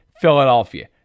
Philadelphia